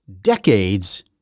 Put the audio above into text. decades